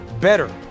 better